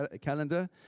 calendar